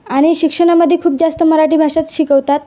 आणि शिक्षणामध्ये खूप जास्त मराठी भाषाच शिकवतात